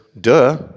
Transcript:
duh